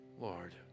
Lord